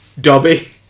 Dobby